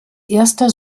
erster